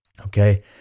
Okay